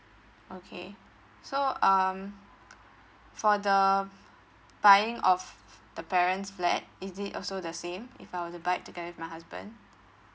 okay so um for the buying of the parent's flat is it also the same if I were to buy it together with my husband